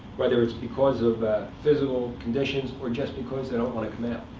whether it's because of physical conditions or just because they don't want to come out.